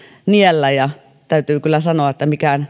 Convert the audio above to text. niellä ja täytyy kyllä sanoa että mikään